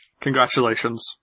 Congratulations